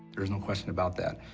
there is no question about that,